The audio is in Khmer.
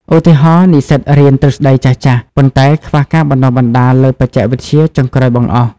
ឧទាហរណ៍ និស្សិតរៀនទ្រឹស្តីចាស់ៗ ប៉ុន្តែខ្វះការបណ្តុះបណ្តាលលើបច្ចេកវិទ្យាចុងក្រោយបង្អស់។